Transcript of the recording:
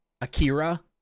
Akira